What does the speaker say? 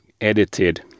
edited